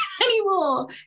anymore